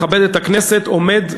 לכבד את הכנסת עומד,